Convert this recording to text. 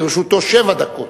ולרשותו שבע דקות.